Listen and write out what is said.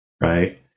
right